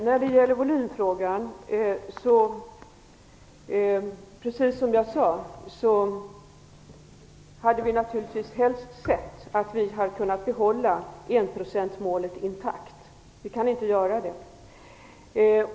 Herr talman! Precis som jag sade hade vi naturligtvis helst sett att vi hade kunnat behålla enprocentsmålet intakt. Nu kan vi inte göra det.